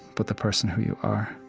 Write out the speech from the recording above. but the person who you are